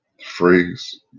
phrase